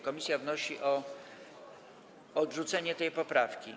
Komisja wnosi o odrzucenie tej poprawki.